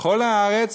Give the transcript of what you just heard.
בכל הארץ,